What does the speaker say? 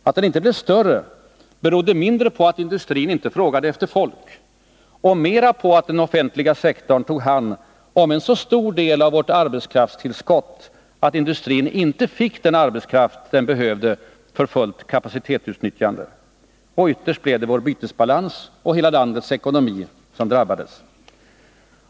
Att den inte blev större berodde mindre på att industrin inte efterfrågade folk och mera på att den offentliga sektorn tog hand om en så stor del av arbetskrafttillskottet att industrin inte fick den arbetskraft den behövde för fullt kapacitetsutnyttjande. Ytterst blev det vår bytesbalans och landets ekonomi som drabbades.